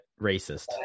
racist